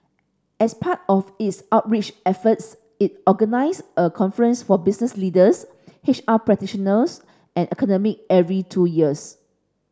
as part of its outreach efforts it organise a conference for business leaders H R practitioners and academic every two years